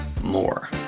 more